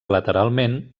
lateralment